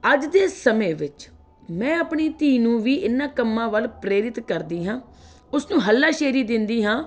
ਅੱਜ ਦੇ ਸਮੇਂ ਵਿੱਚ ਮੈਂ ਆਪਣੀ ਧੀ ਨੂੰ ਵੀ ਇਹਨਾਂ ਕੰਮਾਂ ਵੱਲ ਪ੍ਰੇਰਿਤ ਕਰਦੀ ਹਾਂ ਉਸ ਨੂੰ ਹੱਲਾਸ਼ੇਰੀ ਦਿੰਦੀ ਹਾਂ